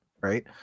right